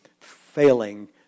failing